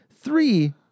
three